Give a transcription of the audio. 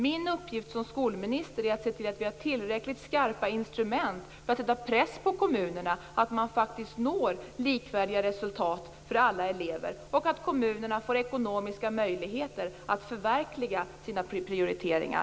Min uppgift som skolminister är att se till att vi har tillräckligt skarpa instrument för att sätta press på kommunerna så att alla elever faktiskt når likvärdiga resultat och att kommunerna får ekonomiska möjligheter att förverkliga sina prioriteringar.